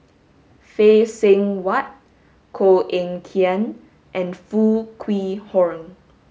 Phay Seng Whatt Koh Eng Kian and Foo Kwee Horng